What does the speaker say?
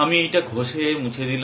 আমি এইটা ঘষে মুছে দিলাম